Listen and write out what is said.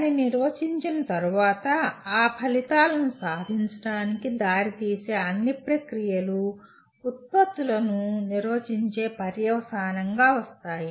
దానిని నిర్వచించిన తరువాత ఆ ఫలితాలను సాధించడానికి దారితీసే అన్ని ప్రక్రియలు ఉత్పత్తులను నిర్వచించే పర్యవసానంగా వస్తాయి